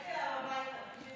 לכי אליו הביתה, תבקרי אותו.